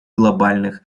глобальных